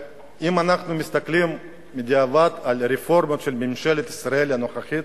אם אנחנו מסתכלים בדיעבד על הרפורמות של ממשלת ישראל הנוכחית,